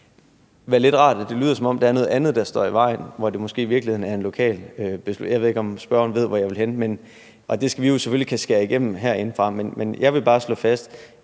det lyder, som om der er noget andet, der står i vejen, hvor det i virkeligheden er noget lokalt. Jeg ved ikke, om spørgeren ved, hvor jeg vil hen. Men det skal vi selvfølgelig kunne skære igennem herindefra. Jeg vil bare slå fast,